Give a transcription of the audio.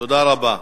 תודה רבה.